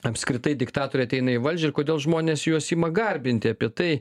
apskritai diktatoriai ateina į valdžią ir kodėl žmonės juos ima garbinti apie tai